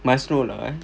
must roll lah eh